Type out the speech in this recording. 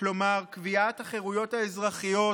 כלומר קביעת החירויות האזרחיות